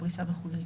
הפריסה וכולי.